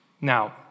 Now